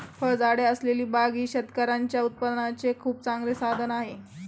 फळझाडे असलेली बाग ही शेतकऱ्यांच्या उत्पन्नाचे खूप चांगले साधन आहे